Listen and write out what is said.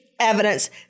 evidence